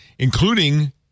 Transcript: Including